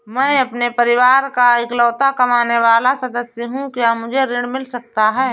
मैं अपने परिवार का इकलौता कमाने वाला सदस्य हूँ क्या मुझे ऋण मिल सकता है?